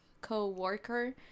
co-worker